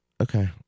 Okay